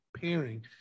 pairing